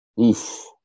Oof